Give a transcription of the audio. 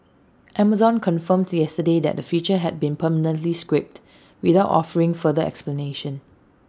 Amazon confirmed yesterday that the feature had been permanently scrapped without offering further explanation